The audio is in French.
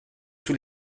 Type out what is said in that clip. tous